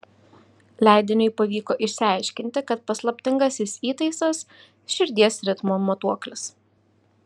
leidiniui pavyko išsiaiškinti kad paslaptingasis įtaisas širdies ritmo matuoklis